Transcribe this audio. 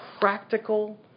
practical